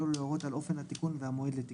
הוא להורות על אופן התיקון והמועד לתיקון.